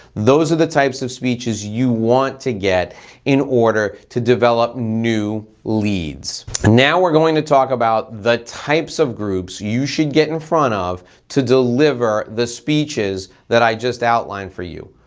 those are the types of speeches you want to get in order to develop new leads. now we're going to talk about the types of groups you should get in front of to deliver the speeches that i just outlined for you.